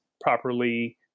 properly